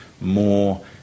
more